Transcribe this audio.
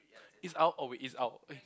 it's out oh wait it's out